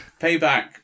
Payback